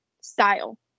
style